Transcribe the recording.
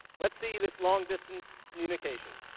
let's see this long-distance communication.